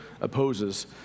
opposes